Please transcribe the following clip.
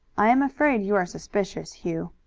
i am afraid you are suspicious, hugh.